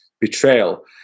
Betrayal